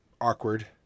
awkward